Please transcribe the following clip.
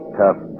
tough